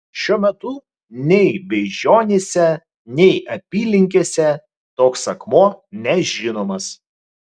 šiuo metu nei beižionyse nei apylinkėse toks akmuo nežinomas